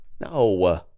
No